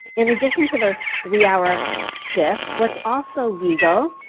in addition to those three hour shifts, what's also legal